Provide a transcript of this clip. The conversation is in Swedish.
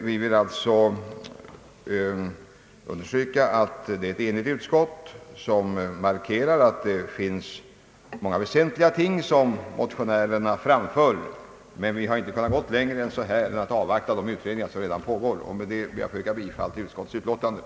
Vi vill alltså understryka att ett enigt utskott markerar att motionärerna framför många väsentliga ting, men vi har inte kunnat gå längre än att föreslå att man avvaktar de utredningar som redan pågår. Med detta, herr talman, ber jag att få yrka bifall till utskottets hemställan.